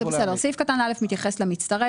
סעיף קטן (א) מתייחס למצטרף.